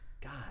God